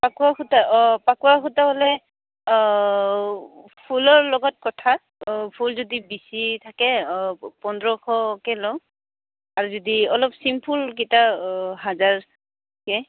পাকোৱা সূতা অঁ পাকোৱাা সূতা হ'লে ফুলৰ লগত কথা ফুল যদি বেছি থাকে পোন্ধৰশকৈ লওঁ আৰু যদি অলপ চিম্পুলকেইটা হাজাৰকৈ